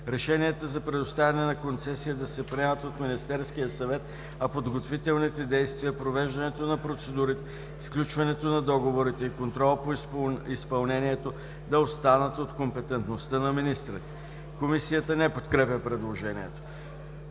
Решенията за предоставяне на концесия да се приемат от Министерския съвет, а подготвителните действия, провеждането на процедурите, сключването на договорите и контрола по изпълнението да останат от компетенциите на министрите.”. Комисията не подкрепя предложението.